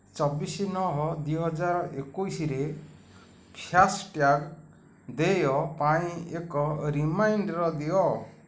ଚବିଶି ନଅ ଦୁଇହଜାର ଏକୋଇଶିରେ ଫାସ୍ଟ୍ୟାଗ୍ ଦେୟ ପାଇଁ ଏକ ରିମାଇଣ୍ଡର୍ ଦିଅ